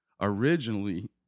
originally